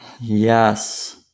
Yes